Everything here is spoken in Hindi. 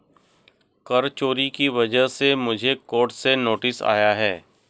कर चोरी की वजह से मुझे कोर्ट से नोटिस आया है